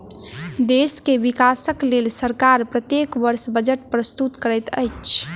देश के विकासक लेल सरकार प्रत्येक वर्ष बजट प्रस्तुत करैत अछि